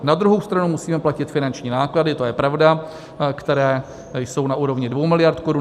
Na druhou stranu musíme platit finanční náklady, to je pravda, které jsou na úrovni 2 miliard korun.